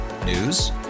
News